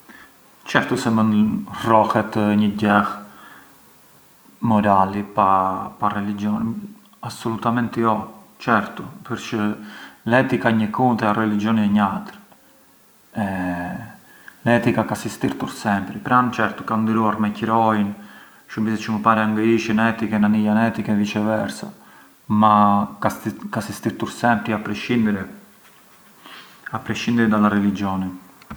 Certu se mënd rrohet një gjellë morali pa relixhoni, assolutamenti oh certu, përçë l’etica ë një kund e a relixhoni njatrë, l’etica ka sistirtur sempri pra‘ certu ka ndërruar me qëroin, shurbise çë më para ngë ishën etiche nani jan etiche e viceversa ma ka sistirtur sempri a prescindere… a prescindere dalla religione.